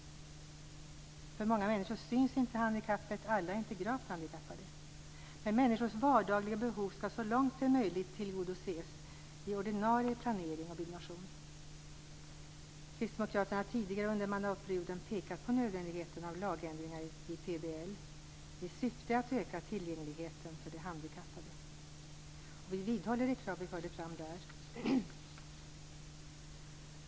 På många människor syns inte handikappet - alla är inte gravt handikappade. Men människors vardagliga behov skall så långt som det är möjligt tillgodoses i ordinarie planering och byggnation. Kristdemokraterna har tidigare under mandatperioden pekat på nödvändigheten av lagändringar i PBL i syfte att öka tillgängligheten för de handikappade. Vi vidhåller de krav som vi där förde fram.